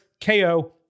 KO